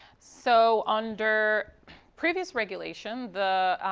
so under previous regulation, the